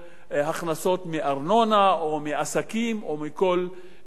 מארנונה או מעסקים או מכל דרך אחרת.